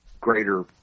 greater